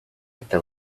eta